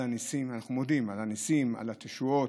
על הניסים, על התשועות,